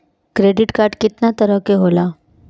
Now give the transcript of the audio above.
Credit card कितना तरह के होला?